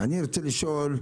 אני רוצה לשאול: